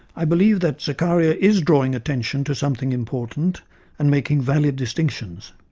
i believe that zakaria is drawing attention to something important and making valid distinctions.